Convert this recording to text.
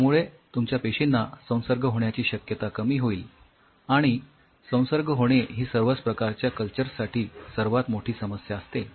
यामुळे तुमच्या पेशींना संसर्ग होण्याची शक्यता कमी होईल आणि संसर्ग होणे ही सर्वच प्रकारच्या कल्चर्स साठी सर्वात मोठी समस्या असते